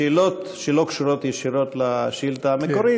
שאלות שלא קשורות ישירות לשאילתה המקורית,